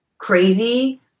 crazy